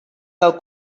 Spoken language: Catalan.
del